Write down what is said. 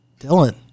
dylan